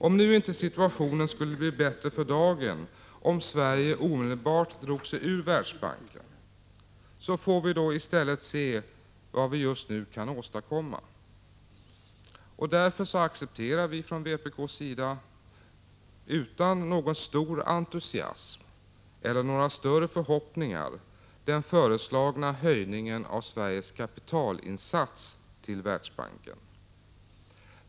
Om nu inte situationen skulle bli bättre för dagen om Sverige omedelbart drog sig ur Världsbanken får vi i stället se vad vi just nu kan åstadkomma. Därför accepterar vi från vpk:s sida utan någon stor entusiasm eller några större förhoppningar den föreslagna höjningen av Sveriges kapitalinsats till Världsbanken.